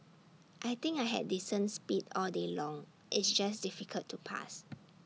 I think I had decent speed all day long it's just difficult to pass